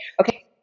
okay